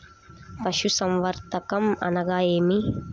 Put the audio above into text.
పశుసంవర్ధకం అనగా ఏమి?